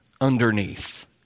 underneath